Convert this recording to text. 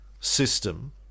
system